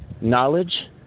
knowledge